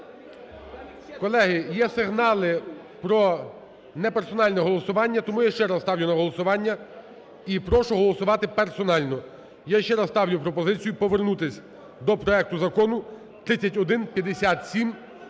Колеги, є сигнали про неперсональне голосування, тому я ще раз ставлю на голосування і прошу голосувати персонально. Я ще раз ставлю пропозицію повернутись до проекту закону 3157.